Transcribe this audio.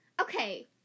okay